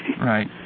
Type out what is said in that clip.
Right